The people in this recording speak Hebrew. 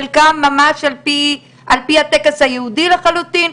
חלקן ממש על פי הטקס היהודי לחלוטין,